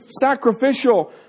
sacrificial